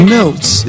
Melts